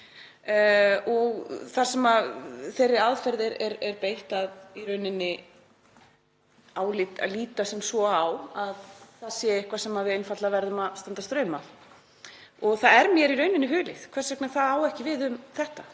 þar sem þeirri aðferð er beitt að líta svo á að það sé eitthvað sem við einfaldlega verðum að standa straum af. Það er mér í rauninni hulið hvers vegna það á ekki við um þetta